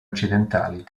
occidentali